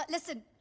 but listen.